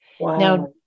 Now